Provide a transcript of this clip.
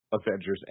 Avengers